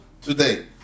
today